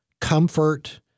comfort